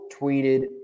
tweeted